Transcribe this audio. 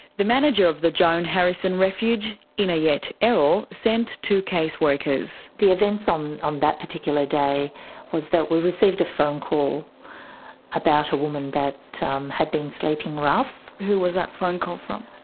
the manager of the joan harrison refuge, inayet erol, sent two caseworkers. the events on on that particular day was that we received a phone call about a woman that um had been sleeping rough. who was that phone call from?